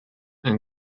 and